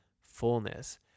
fullness